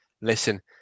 listen